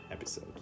episode